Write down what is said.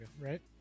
Right